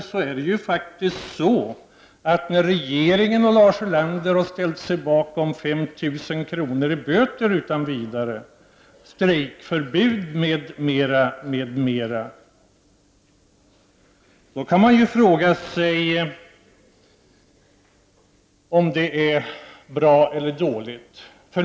När däremot Lars Ulander ställer sig bakom regeringens förslag om 5 000 kr. i böter för den som bryter mot strejkförbud m.m., då kan man ställa sig frågan om det är bra eller dåligt.